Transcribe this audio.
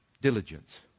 Diligence